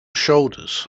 shoulders